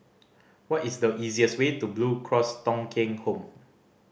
what is the easiest way to Blue Cross Thong Kheng Home